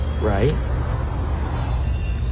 Right